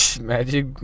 magic